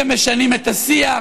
שמשנים את השיח?